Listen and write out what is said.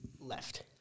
Left